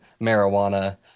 marijuana